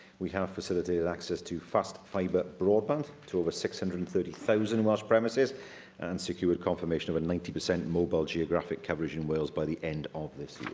we have facilitated access to fast fibre broadband to over six hundred and thirty thousand welsh premises and secured confirmation of a ninety per cent mobile geographic coverage in wales by the end of this